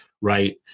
right